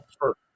first